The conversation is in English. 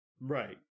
Right